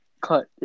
Cut